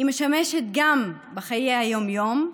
ומשמשת גם ביום-יום,